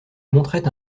montrait